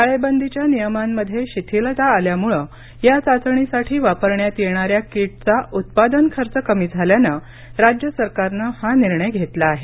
टाळेबंदीच्या नियमांमध्ये शिथिलता आल्यामुळे या चाचणीसाठी वापरण्यात येणाऱ्या किटचा उत्पादन खर्च कमी झाल्यानं राज्य सरकारनं हा निर्णय घेतला आहे